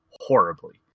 horribly